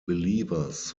believers